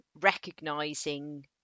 recognising